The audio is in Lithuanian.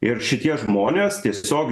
ir šitie žmonės tiesiog